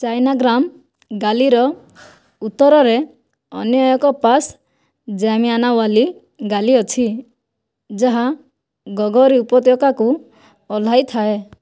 ଚାଇନାଗ୍ରାମ ଗାଲିର ଉତ୍ତରରେ ଅନ୍ୟ ଏକ ପାସ୍ ଜାମିଆନୱାଲି ଗାଲି ଅଛି ଯାହା ଗଗରୀ ଉପତ୍ୟକାକୁ ଓହ୍ଲାଇଥାଏ